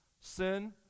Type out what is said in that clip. Sin